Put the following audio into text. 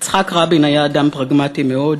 יצחק רבין היה אדם פרגמטי מאוד,